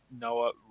Noah